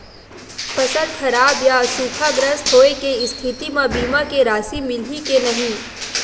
फसल खराब या सूखाग्रस्त होय के स्थिति म बीमा के राशि मिलही के नही?